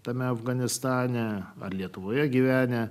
tame afganistane ar lietuvoje gyvenę